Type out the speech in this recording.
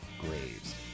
graves